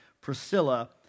Priscilla